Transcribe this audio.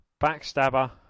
Backstabber